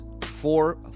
four